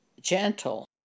gentle